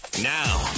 Now